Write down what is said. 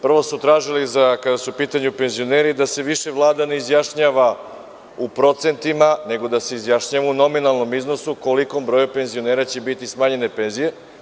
Prvo su tražili, kada su u pitanju penzioneri, da se više Vlada ne izjašnjava u procentima, nego da se izjašnjava u nominalnom iznosu, kolikom broju penzionera će biti smanjene penzije.